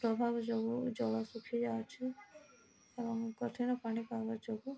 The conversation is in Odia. ପ୍ରଭାବ ଯୋଗୁ ଜଳ ଶୁଖି ଯାଉଛି ଏବଂ କଠିନ ପାଣିପାଗ ଯୋଗୁ